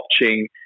watching